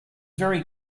very